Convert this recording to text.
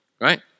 right